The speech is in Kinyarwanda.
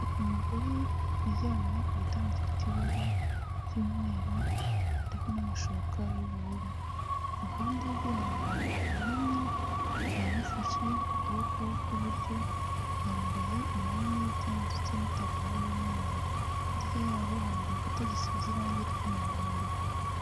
Umugore uryamye ku gitanda gifite ibara ry'umweru hariho n'amashuka y'ubururu, iruhande rwe hari umuganga wunamye aramufashe ku kuboko kw'iburyo, yambaye amarinete ndetse n'itaburiya y'umweru, hirya yabo hari igikuta gisize irangi ry'umuhondo.